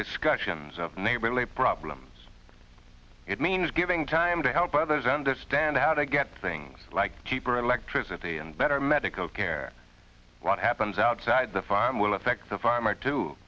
discussion em's of neighborly problems it means giving time to help others understand how to get things like cheaper electricity and better medical care what happens outside the farm will affect the farmer to